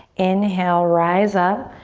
inhale, rise up.